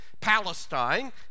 Palestine